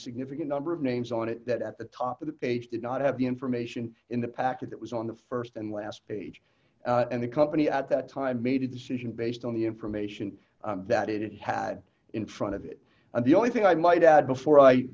significant number of names on it that at the top of the page did not have the information in the package that was on the st and last page and the company at that time made a decision based on the information that it had in front of it and the only thing i might add before i